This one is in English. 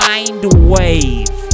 Mindwave